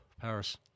Paris